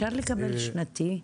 אפשר לקבל שנתי?